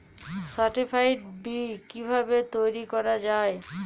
Certified বি কিভাবে তৈরি করা যায়?